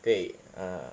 对 ah